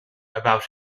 about